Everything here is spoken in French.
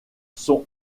sont